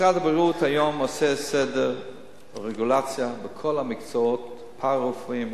משרד הבריאות היום עושה סדר ורגולציה בכל המקצועות הפארה-רפואיים,